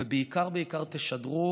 ובעיקר בעיקר תשדרו